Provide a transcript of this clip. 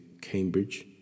Cambridge